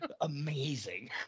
Amazing